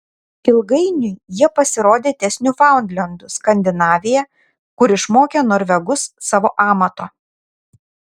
ilgainiui jie pasirodė ties niufaundlendu skandinavija kur išmokė norvegus savo amato